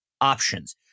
Options